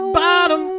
bottom